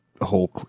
whole